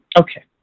Okay